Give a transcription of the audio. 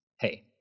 Hey